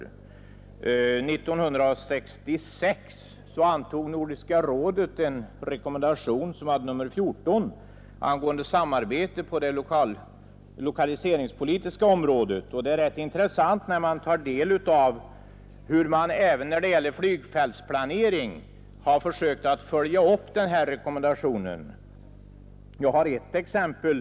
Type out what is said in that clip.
År 1966 antog Nordiska rådet en rekommendation, nr 14, angående samarbete på det lokaliseringspolitiska området. Det är rätt intressant att ta del av hur man även när det gäller flygfältsplanering har försökt följa upp den rekommendationen. Jag har ett exempel.